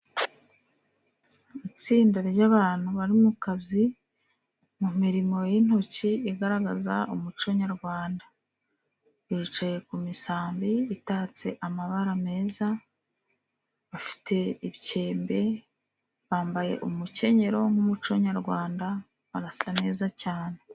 Itsinda ry'abantu bari mu kazi, mu mirimo y'intoki igaragaza umuco nyarwanda. Bicaye ku misambi itatse amabara meza , bafite ibikembe bambaye umukenyero nk'umuco nyarwanda barasa neza cyane.